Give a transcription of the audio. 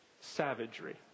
savagery